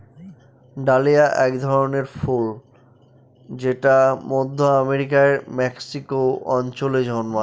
dahlia এক ধরনের ফুল যেটা মধ্য আমেরিকার মেক্সিকো অঞ্চলে জন্মায়